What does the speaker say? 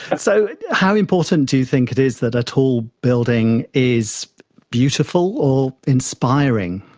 and so how important do you think it is that a tall building is beautiful or inspiring?